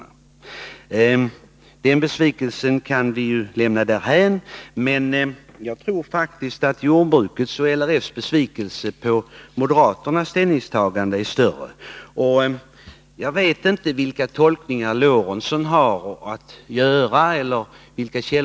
Vi kan alltså lämna besvikelsen därhän, men jag tror faktiskt att jordbrukarnas och LRF:s besvikelse över moderaternas ställningstagande är större än över vårt. Jag vet inte vilka källor Sven Eric Lorentzon har när han gör sina tolkningar.